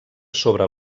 sobre